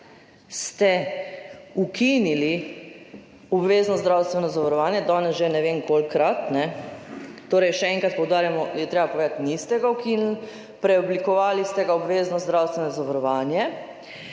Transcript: ste ukinili obvezno zdravstveno zavarovanje. Danes že ne vem kolikokrat in še enkrat poudarjamo, je treba povedati, niste ga ukinili, preoblikovali ste ga v obvezno zdravstveno zavarovanje.